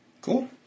Cool